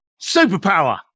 superpower